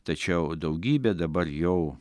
tačiau daugybė dabar jau